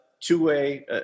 two-way